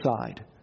side